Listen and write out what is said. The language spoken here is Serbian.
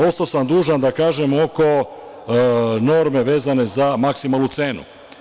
Ostao sam dužan da kažem oko norme vezano za maksimalnu cenu.